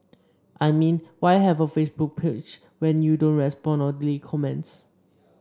I mean why have a Facebook page when you don't respond or delete comments